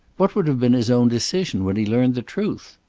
what would have been his own decision when he learned the truth?